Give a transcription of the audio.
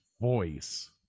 voice